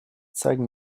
zeige